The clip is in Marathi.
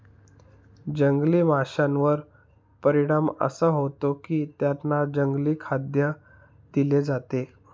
जंगली माशांवर परिणाम असा होतो की त्यांना जंगली खाद्य दिले जाते